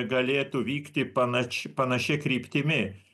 galėtų vykti panaš panašia kryptimi